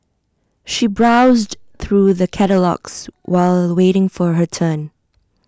she browsed through the catalogues while waiting for her turn